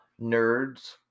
nerds